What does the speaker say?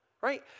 Right